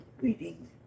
reading